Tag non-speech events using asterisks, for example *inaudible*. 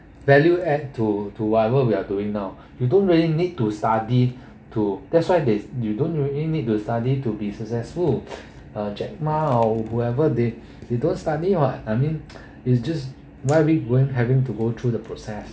value add to to whatever we are doing now you don't really need to study to that's why it's you don't really need to study to be successful uh jack ma or whoever they they don't study [what] I mean *noise* it's just why are we going having to go through the process